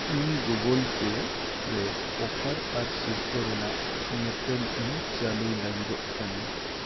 ᱤᱧ Google pay ᱨᱮ offer ᱟᱨ ᱥᱤᱨᱯᱟᱹ ᱨᱮᱱᱟᱜ ᱧᱮᱛᱮᱞ ᱤᱧ ᱪᱟᱹᱞᱩᱭ ᱞᱟᱹᱜᱤᱫᱚᱜ ᱠᱟᱱᱟ